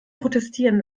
protestieren